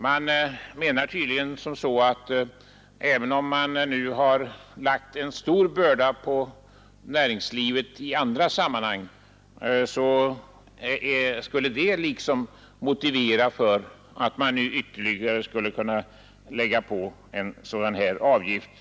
Man menar tydligen att det faktum att man lagt en stor börda på näringslivet i andra sammanhang skulle motivera att man lägger på ytterligare en avgift.